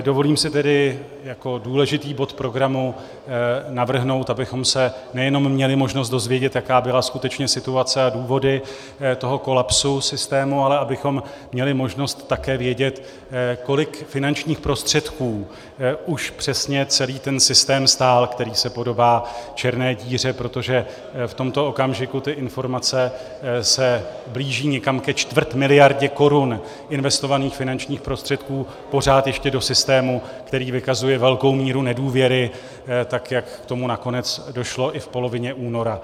Dovolím si tedy jako důležitý bod programu navrhnout, abychom se nejenom měli možnost dozvědět, jaká byla skutečně situace a důvody toho kolapsu systému, ale abychom měli možnost také vědět, kolik finančních prostředků už přesně stál celý ten systém, který se podobá černé díře, protože v tomto okamžiku se informace blíží někam ke čtvrt miliardě korun investovaných finančních prostředků pořád ještě do systému, který vykazuje velkou míru nedůvěry, tak jak k tomu nakonec došlo i v polovině února.